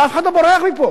ואף אחד לא בורח מפה.